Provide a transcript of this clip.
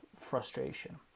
frustration